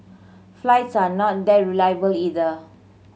flights are not that reliable either